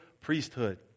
priesthood